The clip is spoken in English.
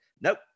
nope